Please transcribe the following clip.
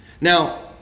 Now